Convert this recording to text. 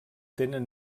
tenen